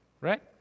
Right